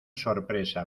sorpresa